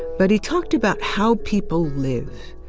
but he talked about how people live.